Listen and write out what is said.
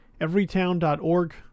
everytown.org